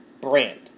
brand